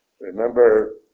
Remember